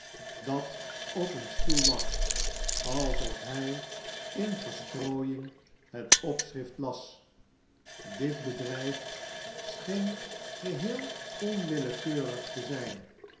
dat op een stoel lag alsof hij in verstrooiing het opschrift las dit bedrijf scheen geheel onwillekeurig te zijn